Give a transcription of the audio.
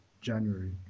January